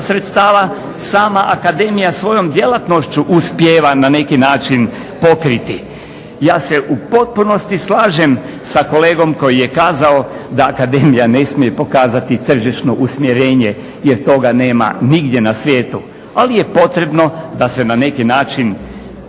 sredstava sama akademije svojom djelatnošću uspijeva na neki način pokriti. Ja se u potpunosti slažem sa kolegom koji je kazao da akademija ne smije pokazati tržišno usmjerenje, jer toga nema nigdje u svijetu, ali je potrebno da se na neki način